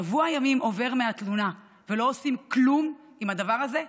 שבוע ימים עובר מהתלונה ולא עושים כלום עם הדבר הזה?